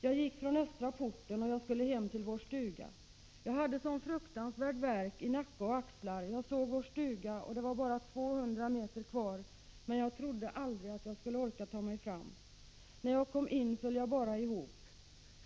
Jag gick från Östra porten och jag skulle hem till vår stuga. Jag hade sån fruktansvärd värk i nacke och axlar. Jag såg vår stuga och det var bara 200 meter kvar, men jag trodde aldrig att jag skulle orka ta mig fram. När jag kom in föll jag bara ihop...